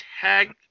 Tag